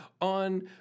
on